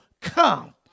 come